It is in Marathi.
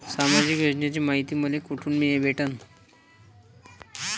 सामाजिक योजनेची मायती मले कोठून भेटनं?